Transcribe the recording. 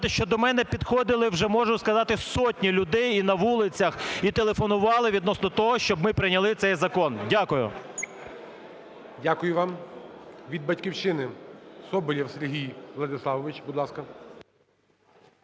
що до мене підходили вже, можу сказати, сотні людей і на вулицях, і телефонували відносно того, щоб ми прийняли цей закон. Дякую. ГОЛОВУЮЧИЙ. Дякую вам. Від "Батьківщини", Соболєв Сергій Владиславович, будь ласка.